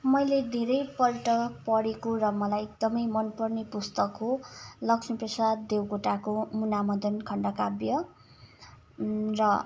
मैले धेरैपल्ट पढेको र मलाई एकदमै मनपर्ने पुस्तक हो लक्ष्मी प्रसाद देवकोटाको मुना मदन खण्डकाव्य र